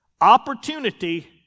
Opportunity